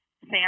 Sam